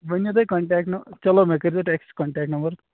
ؤنِو تُہۍ کَنٹٮ۪کٹ نہ چلو مےٚ کٔرۍزیو ٹٮ۪کٕسٹ کَنٹٮ۪کٹ نَمبر